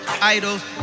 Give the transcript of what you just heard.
idols